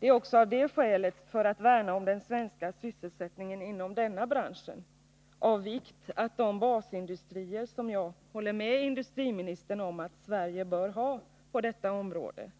Det är också av det skälet — för att värna om den svenska sysselsättningen inom denna bransch — av vikt att de basindustrier som jag håller med industriministern om att Sverige bör ha på detta område